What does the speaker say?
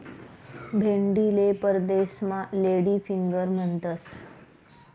भेंडीले परदेसमा lady finger म्हणतंस